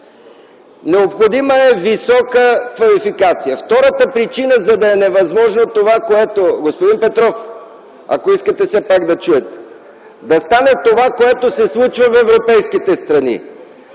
необходима е висока квалификация. Втората причина, за да е невъзможно това, което ... Господин Петров, ако искате все пак да чуете. ... да стане това, което се случи в европейските страни.